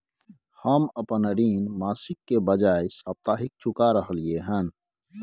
हम अपन ऋण मासिक के बजाय साप्ताहिक चुका रहलियै हन